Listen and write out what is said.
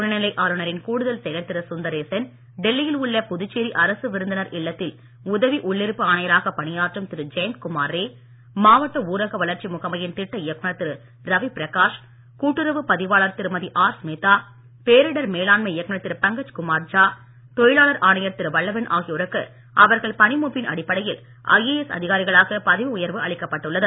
துணை நிலை ஆளுநரின் கூடுதல் செயலர் திரு சுந்தரேசன் டெல்லியில் உள்ள புதுச்சேரி அரசு விருந்தினர் இல்லத்தில் உதவி உள்ளிருப்பு ஆணையராக பணியாற்றும் திரு ஜெயந்த் குமார் ரே மாவட்ட ஊரக வளர்ச்சி முகமையின் திட்ட இயக்குனர் திரு ரவி பிரகாஷ் கூட்டுறவு பதிவாளர் திருமதி ஆர் ஸ்மிதா பேரிடர் மேலாண்மை இயக்குனர் திரு பங்கஜ் குமார் ஜா தொழிலாளர் ஆணையர் திரு வல்லவன் ஆகியோருக்கு அவர்கள் பணி மூப்பின் அடிப்படையில் ஐஏஎஸ் அதிகாரிகளாக பதவி உயர்வு அளிக்கப்பட்டுள்ளது